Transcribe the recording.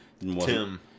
Tim